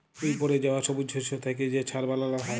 উইপড়ে যাউয়া ছবুজ শস্য থ্যাইকে যে ছার বালাল হ্যয়